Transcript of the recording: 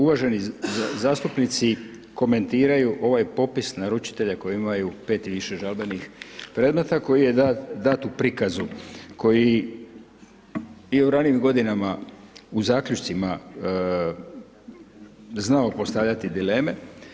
Uvaženi zastupnici komentiraju ovaj popis naručitelja koji imaju 5 i više žalbenih predmeta, koji je dat u prikazu, koji je i u ranim godinama, u zaključcima znao postavljati dileme.